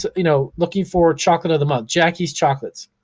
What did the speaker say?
so you know looking for chocolate of the month, jackie's chocolates,